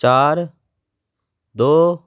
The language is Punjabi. ਚਾਰ ਦੋ